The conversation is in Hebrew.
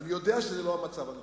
אני יודע שזה לא המצב הנכון.